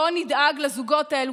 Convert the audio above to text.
בוא נדאג לזוגות האלה,